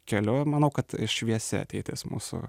keliu manau kad šviesi ateitis mūsų